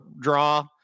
draw